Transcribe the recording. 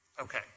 Okay